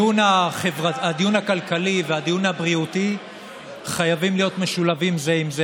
הדיון הכלכלי והדיון הבריאותי חייבים להיות משולבים זה בזה.